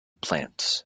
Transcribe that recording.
plants